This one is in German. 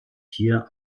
hier